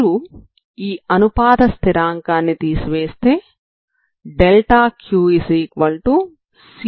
మీరు ఈ అనుపాత స్థిరాంకాన్ని తీసివేస్తే ∆Qcm∆u అవుతుంది